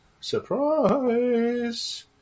Surprise